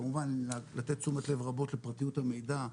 כמובן לתת תשומת לב רבה לפרטיות המידע,